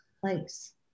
place